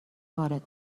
وارد